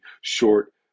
short